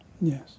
Yes